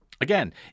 Again